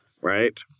right